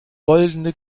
goldene